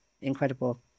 Incredible